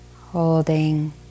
holding